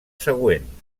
següent